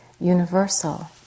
universal